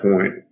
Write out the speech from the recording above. point